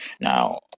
Now